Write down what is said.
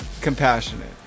compassionate